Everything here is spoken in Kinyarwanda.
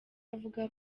avuga